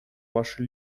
ваше